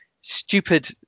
stupid